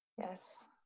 Yes